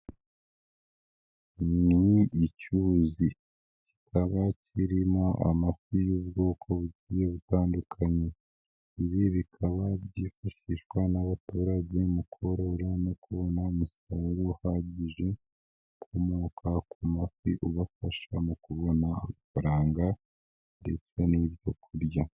Ni icyuzi kikaba kirimo amafi y'ubwoko bugiye butandukanye, ibi bikaba byifashishwa n'abaturage mu korora no kubona umusaruro uhagije ukomoka ku mafi ubafasha mu kubona amafaranga ndetse n'ibyo kurya